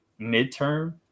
midterm